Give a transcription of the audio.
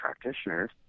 practitioners